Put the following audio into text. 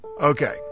okay